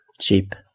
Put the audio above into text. cheap